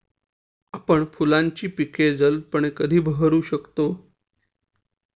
आपण फुलांची पिके जलदपणे कधी बहरू शकतो?